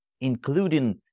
including